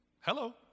Hello